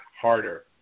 harder